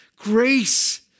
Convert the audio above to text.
Grace